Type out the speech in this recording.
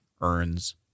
earns